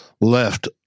Left